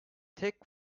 tek